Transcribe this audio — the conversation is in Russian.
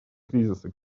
кризисы